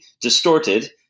distorted